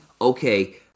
okay